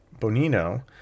Bonino